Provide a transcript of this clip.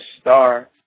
star